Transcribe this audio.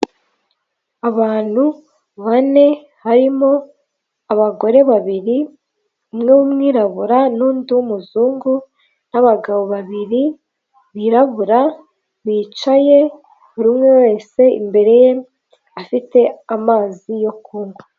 Abantu bane, harimo abagore babiri, umwe w'umwirabura, n'undi w'umuzungu, n'abagabo babiri birabura bicaye, buri umwe wese imbere ye afite amazi yo kunywa.